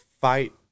fight